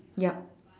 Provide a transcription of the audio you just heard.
yup